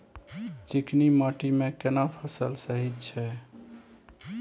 चिकनी माटी मे केना फसल सही छै?